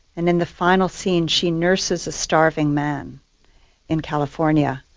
and in the final scene she nurses a starving man in california.